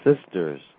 sister's